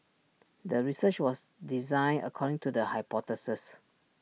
the research was designed according to the hypothesis